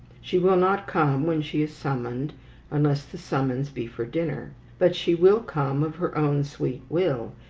she will not come when she is summoned unless the summons be for dinner but she will come of her own sweet will,